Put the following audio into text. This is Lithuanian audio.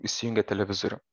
įsijungę televizorių